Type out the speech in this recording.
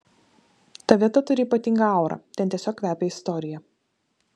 ta vieta turi ypatingą aurą ten tiesiog kvepia istorija